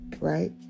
right